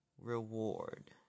reward